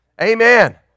Amen